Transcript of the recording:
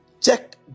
check